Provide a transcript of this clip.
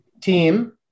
Team